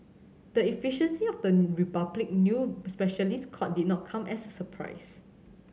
the efficiency of the Republic new specialist court did not come as a surprise